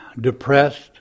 depressed